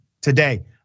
today